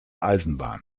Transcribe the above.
eisenbahn